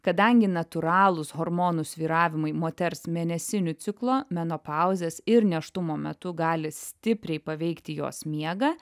kadangi natūralūs hormonų svyravimai moters mėnesinių ciklo menopauzės ir nėštumo metu gali stipriai paveikti jos miegą